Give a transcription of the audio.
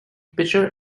pitcher